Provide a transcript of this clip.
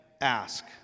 ask